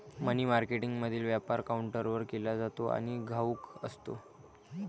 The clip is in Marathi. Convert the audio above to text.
मनी मार्केटमधील व्यापार काउंटरवर केला जातो आणि घाऊक असतो